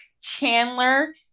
Chandler